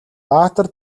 баатар